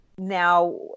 Now